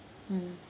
mm